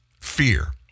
Fear